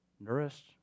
nourished